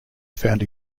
found